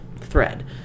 thread